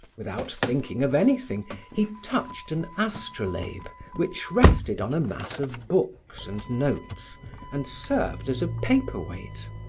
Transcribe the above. without thinking of anything, he touched an astrolabe which rested on a mass of books and notes and served as a paper weight.